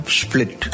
split